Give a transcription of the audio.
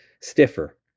stiffer